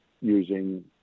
using